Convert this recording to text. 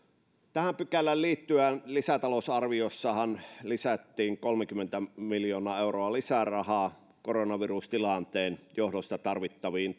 tähän pykälään liittyen lisätalousarviossahan lisättiin kolmekymmentä miljoonaa euroa lisää rahaa koronavirustilanteen johdosta tarvittaviin